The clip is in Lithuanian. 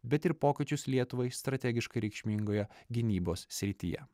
bet ir pokyčius lietuvai strategiškai reikšmingoje gynybos srityje